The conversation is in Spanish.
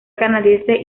canadiense